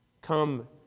Come